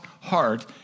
heart